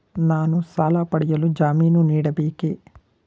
ನಾನು ಸಾಲ ಪಡೆಯಲು ಜಾಮೀನು ನೀಡಬೇಕೇ?